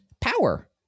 Power